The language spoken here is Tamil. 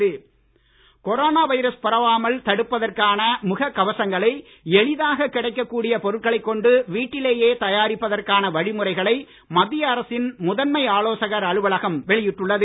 முக கவசம் கொரோனா வைரஸ் பரவாமல் தடுப்பதற்கான முக கவசங்களை எளிதாக கிடைக்க கூடிய பொருட்களை கொண்டு வீட்டிலேயே தயாரிப்பதற்கான வழிமுறைகளை மத்திய அரசின் முதன்மை ஆலோசகர் அலுவலகம் வெளியிட்டுள்ளது